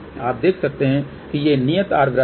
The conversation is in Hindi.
आप देख सकते हैं कि ये नियत R वृत्त हैं